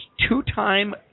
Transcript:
Two-time